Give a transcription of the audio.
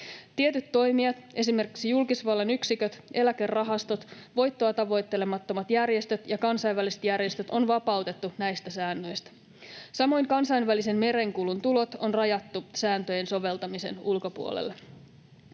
Tietyt toimijat, esimerkiksi julkisvallan yksiköt, eläkerahastot, voittoa tavoittelemattomat järjestöt ja kansainväliset järjestöt on vapautettu näistä säännöistä. Samoin kansainvälisen merenkulun tulot on rajattu sääntöjen soveltamisen ulkopuolelle.